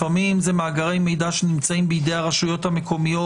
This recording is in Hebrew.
לפעמים זה מאגרי מידע שנמצאים בידי הרשויות המקומיות